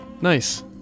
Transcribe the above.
nice